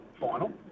final